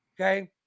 okay